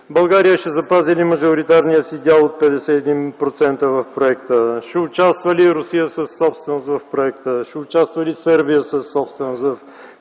България ще запази ли мажоритарния си дял от 51% в проекта? Ще участва ли Русия със собственост в проекта? Ще участва ли Сърбия със собственост в проекта?